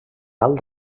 alt